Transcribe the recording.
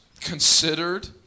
considered